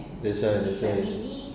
that's why that's why